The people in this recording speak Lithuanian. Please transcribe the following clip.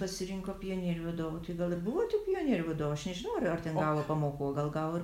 pasirinko pionierių vadovu gal ir buvo tų pionierių vadovų aš nežinau ar ar ten gavo pamokų o gal gavo ir